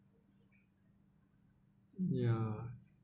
ya